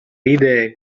ride